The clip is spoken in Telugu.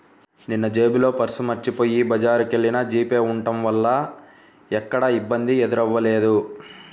నిన్నజేబులో పర్సు మరచిపొయ్యి బజారుకెల్లినా జీపే ఉంటం వల్ల ఎక్కడా ఇబ్బంది ఎదురవ్వలేదు